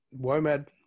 WOMAD